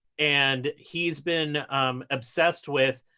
and he's been obsessed with